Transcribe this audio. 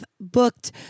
booked